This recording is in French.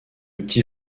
petit